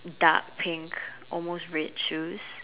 dark pink almost red juice